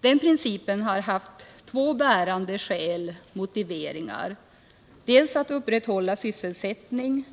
Den principen har två bärande skäl: dels att upprätthålla sysselsättningen,